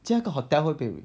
这样那个 hotel 会不会